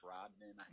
Rodman